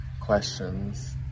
questions